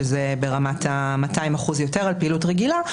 שזה ברמת 200% יותר על פעילות רגילה.